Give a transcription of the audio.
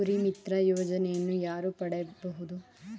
ಕುರಿಮಿತ್ರ ಯೋಜನೆಯನ್ನು ಯಾರು ಪಡೆಯಬಹುದು?